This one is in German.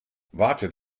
wartet